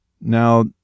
Now